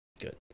Good